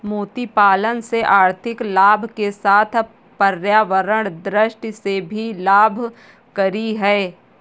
मोती पालन से आर्थिक लाभ के साथ पर्यावरण दृष्टि से भी लाभकरी है